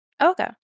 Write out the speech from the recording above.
okay